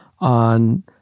on